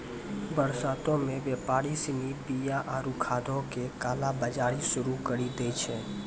बरसातो मे व्यापारि सिनी बीया आरु खादो के काला बजारी शुरू करि दै छै